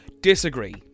Disagree